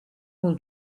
will